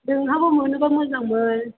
नोंहाबो मोनोबा मोजांमोन